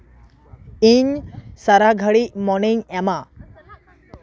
ᱤᱧ ᱥᱟᱨᱟ ᱜᱷᱟᱹᱲᱤᱡ ᱢᱚᱱᱮᱧ ᱮᱢᱟ